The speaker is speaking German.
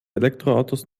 elektroautos